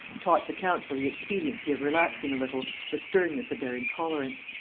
taught the council the expediency of relaxing a little the sternness of their intolerance.